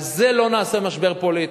על זה לא נעשה משבר פוליטי.